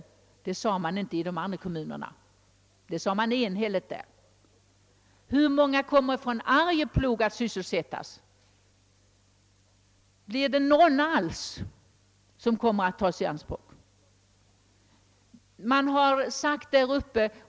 Det sade man inte i de andra kommunerna. Kommer över huvud taget någon från Arjeplog att tas i anspråk för utbyggnaden?